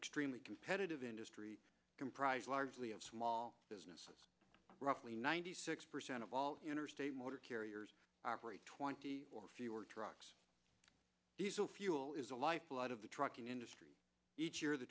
extremely competitive industry comprised largely of small businesses roughly ninety six percent of all interstate motor carriers operate twenty or fewer trucks diesel fuel is the lifeblood of the trucking industry each year the